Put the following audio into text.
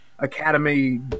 academy